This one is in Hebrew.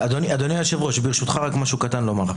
אדוני היושב-ראש, ברשותך רק משהו קטן לומר.